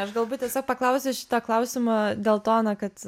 aš galbūt tiesiog paklausiau šito klausimo dėl to kad